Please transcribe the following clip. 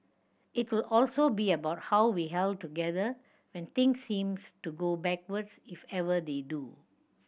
it will also be about how we held together when things seems to go backwards if ever they do